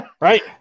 right